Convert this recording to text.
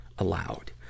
allowed